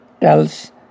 tells